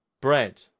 bread